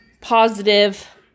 positive